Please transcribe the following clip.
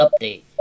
Update